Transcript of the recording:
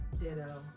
ditto